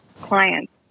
clients